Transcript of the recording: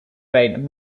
reign